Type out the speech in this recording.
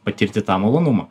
patirti tą malonumą